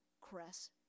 Cress